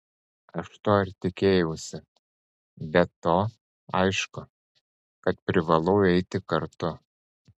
aš to ir tikėjausi be to aišku kad privalau eiti kartu